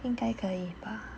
应该可以吧